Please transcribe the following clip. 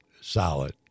solid